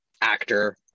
actor